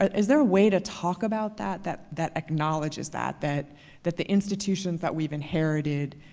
is there a way to talk about that that that acknowledges that that that the institutions that we've inherited